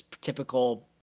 typical